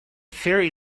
ferry